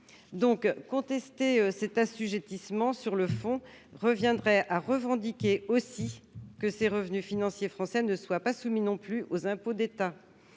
fond, contester cet assujettissement reviendrait à revendiquer aussi que ces revenus financiers français ne soient pas soumis non plus aux impôts d'État,